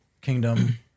kingdom